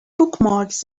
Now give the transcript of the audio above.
bookmarks